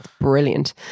brilliant